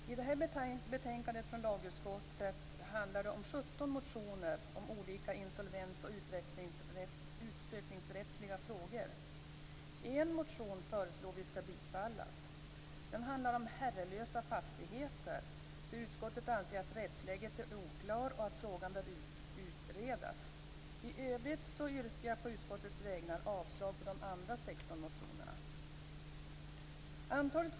Herr talman! Det här betänkandet från lagutskottet handlar om 17 motioner om olika insolvens och utsökningsrättsliga frågor. En motion föreslår vi skall bifallas. Den handlar om "herrelösa" fastigheter, där utskottet anser att rättsläget är oklart och att frågan bör utredas. I övrigt yrkar jag på utskottets vägnar avslag på de andra 16 motionerna.